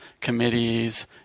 committees